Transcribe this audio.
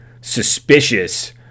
suspicious